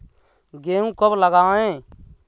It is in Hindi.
गेहूँ कब लगाएँ?